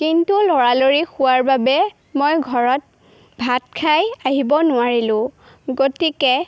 কিন্তু ল'ৰালৰি হোৱাৰ বাবে মই ঘৰত ভাত খাই আহিব নোৱাৰিলোঁ গতিকে